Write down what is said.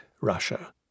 Russia